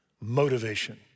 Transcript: motivation